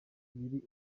yari